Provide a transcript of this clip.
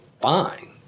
fine